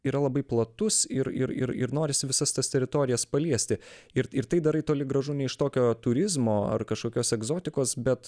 yra labai platus ir ir ir ir norisi visas tas teritorijas paliesti ir ir tai darai toli gražu ne iš tokio turizmo ar kažkokios egzotikos bet